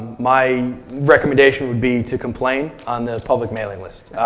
my recommendation would be to complain on the public mailing list.